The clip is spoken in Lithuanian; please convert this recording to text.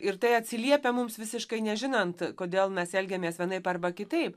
ir tai atsiliepia mums visiškai nežinant kodėl mes elgiamės vienaip arba kitaip